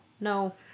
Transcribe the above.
No